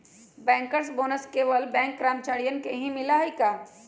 Bankers bonus केवल bank कर्मचारियन के ही मिला हई का?